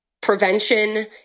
prevention